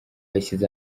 yashyize